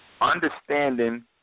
understanding